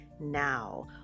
Now